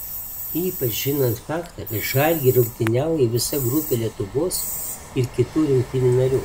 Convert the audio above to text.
ypač žinant faktą kad žalgiryje rungtyniauja visa grupė lietuvos ir kitų rinktinių narių